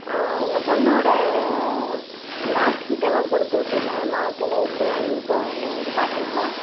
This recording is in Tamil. உங்கள் பொண்ணோடய மார்க் ஷீட்டெல்லாம் கொடுத்துவிட்ருந்தேன் மார்க்கெல்லாம் எப்படி வாங்கியிருக்கா என்ன ஏதுனு பார்த்திங்களா